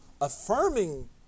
affirming